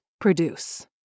produce